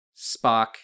spock